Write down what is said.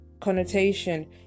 connotation